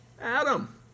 Adam